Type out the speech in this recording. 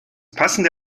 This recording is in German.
passende